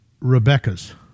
Rebecca's